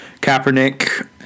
kaepernick